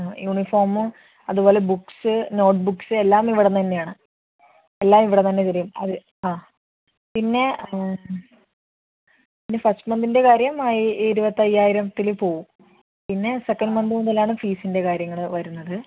uniform അതുപോലെ books note books ഏല്ലാം ഇവിടെ നിന്ന് തന്നെയാണ് എല്ലാം ഇവടെ നിന്ന് തന്നെ തരും അത് ആ പിന്നെ ആ പിന്നെ ഫസ്റ്റ് മന്തിൻ്റെ കാര്യം ആ ഈ ഇരുപത്തയ്യായിരത്തിൽ പോവും പിന്നെ സെക്കൻ്റ് മന്ത് മുതലാണ് ഫീസിൻ്റെ കാര്യങ്ങൾ വരുന്നത്